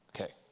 Okay